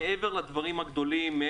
מעבר לדברים הגדולים,